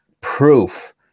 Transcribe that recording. proof